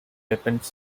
weapons